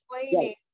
explaining